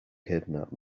kidnap